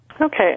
Okay